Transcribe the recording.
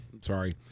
Sorry